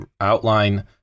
outline